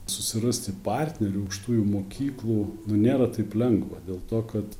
susirasti partnerių aukštųjų mokyklų nu nėra taip lengva dėl to kad